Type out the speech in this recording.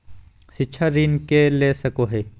शिक्षा ऋण के ले सको है?